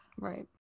Right